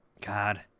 God